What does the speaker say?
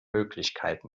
möglichkeiten